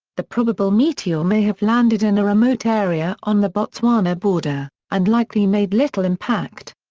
the probable meteor may have landed in a remote area on the botswana border, and likely made little impact.